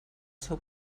seu